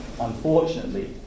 unfortunately